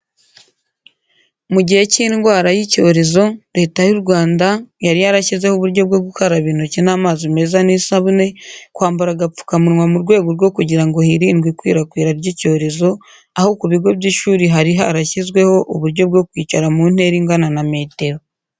Mu gihe cy'indwara y'icyorezo Leta y'u Rwanda yari yarashyizeho uburyo bwo gukaraba intoki n'amazi meza n'isabune, kwambara agapfumanunwa mu rwego rwo kugira ngo hirindwe ikwirakwira ry'icyorezo aho ku bigo by'ishuri hari harashyizweho uburyo bwo kwicara mu ntera ingana na metero.